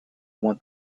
want